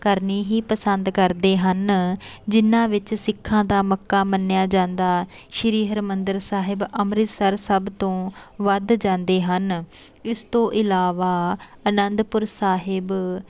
ਕਰਨੀ ਹੀ ਪਸੰਦ ਕਰਦੇ ਹਨ ਜਿਨ੍ਹਾਂ ਵਿੱਚ ਸਿੱਖਾਂ ਦਾ ਮੱਕਾ ਮੰਨਿਆ ਜਾਂਦਾ ਸ਼੍ਰੀ ਹਰਿਮੰਦਰ ਸਾਹਿਬ ਅੰਮ੍ਰਿਤਸਰ ਸਭ ਤੋਂ ਵੱਧ ਜਾਂਦੇ ਹਨ ਇਸ ਤੋਂ ਇਲਾਵਾ ਅਨੰਦਪੁਰ ਸਾਹਿਬ